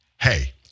Hey